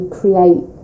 create